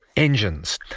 engines.